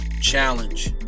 Challenge